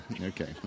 okay